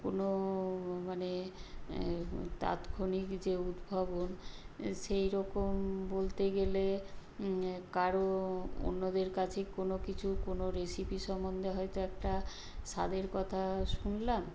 কোনো মানে তাৎক্ষণিক যে উদ্ভাবন সেই রকম বলতে গেলে কারও অন্যদের কাছে কোনো কিছু কোনো রেসিপি সম্বন্ধে হয়তো একটা স্বাদের কথা শুনলাম